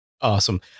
awesome